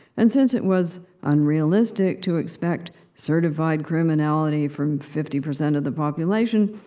and since it was unrealistic to expect certified criminality from fifty percent of the population,